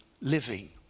living